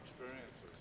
experiences